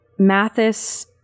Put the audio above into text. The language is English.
Mathis